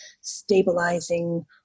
stabilizing